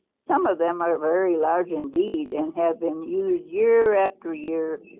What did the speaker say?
some of them are very large indeed and have been used year after year.